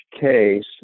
case